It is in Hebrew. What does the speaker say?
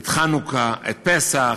את חנוכה, את פסח,